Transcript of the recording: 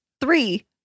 Three